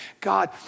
God